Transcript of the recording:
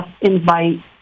invite